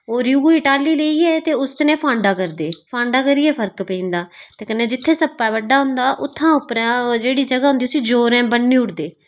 ओह् रियूऐ दी टाल्ली लेइये उस कन्नै फांडा करदे फांडा करिये फरक पेई जंदा ते कन्नै जि'त्थें सप्पा बड्ढे दा होंदा उ'त्थें उप्परें जेह्ड़ी जगह् होंदी उसी जौरें ब'न्नी ओड़दे